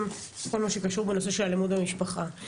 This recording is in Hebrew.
ובכל מה שקשור לנושא של אלימות במשפחה.